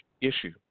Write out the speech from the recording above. issue